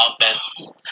offense